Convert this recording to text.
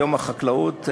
יום הח"כלאות,